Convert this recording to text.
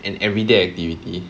an everyday activity